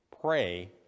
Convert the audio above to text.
pray